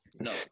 No